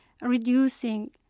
reducing